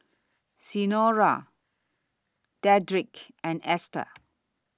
Senora Dedrick and Ester